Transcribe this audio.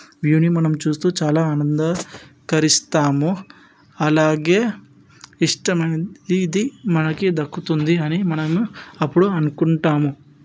వ్యూని మనము చూస్తూ మనం చాలా ఆనంద కరిస్తాము అలాగే ఇష్టమైనది మనకి దక్కుతుంది అని మనము అప్పుడు అనుకుంటాము